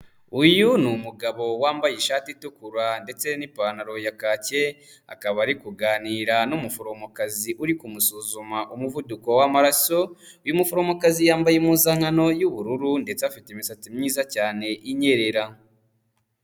Uyu ni umugabo wambaye ishati itukura, ndetse n'ipantaro ya kacye, akaba ari kuganira n'umuforomokazi uri kumusuzuma umuvuduko w'amaraso, uyu muforomokazi yambaye impuzankano y'ubururu, ndetse afite imisatsi myiza cyane inyerera.